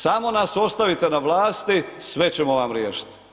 Samo nas ostavite na vlasti sve ćemo vam riješiti.